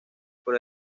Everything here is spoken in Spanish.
por